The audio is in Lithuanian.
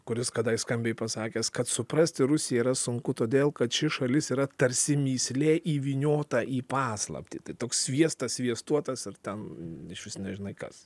kuris kadais skambiai pasakęs kad suprasti rusiją yra sunku todėl kad ši šalis yra tarsi mįslė įvyniota į paslaptį tai toks sviestas sviestuotas ir ten išvis nežinai kas